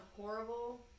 horrible